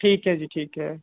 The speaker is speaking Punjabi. ਠੀਕ ਹੈ ਜੀ ਠੀਕ ਹੈ